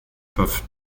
peuvent